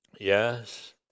Yes